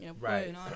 right